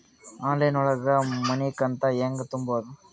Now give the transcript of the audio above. Online ಒಳಗ ಮನಿಕಂತ ಹ್ಯಾಂಗ ತುಂಬುದು?